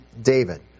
David